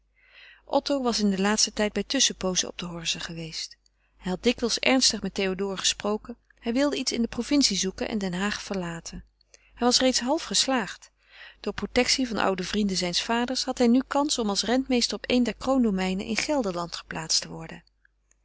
otto was in den laatsten tijd bij tusschenpoozen op de horze geweest hij had dikwijls ernstig met théodore gesproken hij wilde iets in de provincie zoeken en den haag verlaten hij was reeds half geslaagd door protectie van oude vrienden zijns vaders had hij nu kans om als rentmeester op een der kroondomeinen in gelderland geplaatst te worden